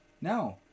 no